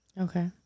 Okay